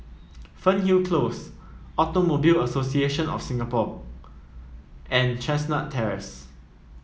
Fernhill Close Automobile Association of Singapore and Chestnut Terrace